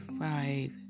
five